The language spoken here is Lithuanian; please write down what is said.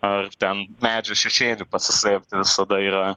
ar ten medžių šešėly pasisplėpti visada yra